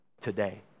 today